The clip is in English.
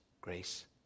grace